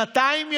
שנתיים ימים,